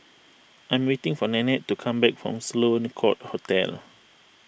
I am waiting for Nannette to come back from Sloane Court Hotel